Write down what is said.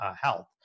health